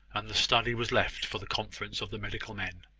and the study was left for the conference of the medical men.